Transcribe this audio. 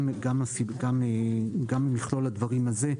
גם את מכלול הדברים הזה,